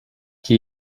qui